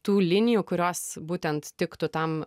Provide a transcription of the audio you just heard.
tų linijų kurios būtent tiktų tam